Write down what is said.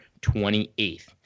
28th